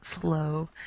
slow